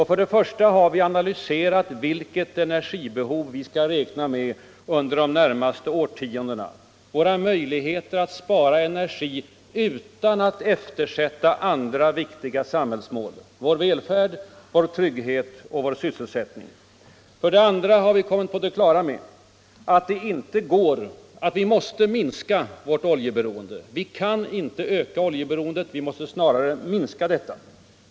För det första har vi således analyserat vilket energibehov vi bör räkna med under de närmaste årtiondena och våra möjligheter att spara energi utan att eftersätta andra viktiga samhällsmål — vår välfärd, vår trygghet och vår sysselsättning. För det andra har vi blivit på det klara med att vi inte kan öka oljeberoendet utan att vi snarare måste minska det.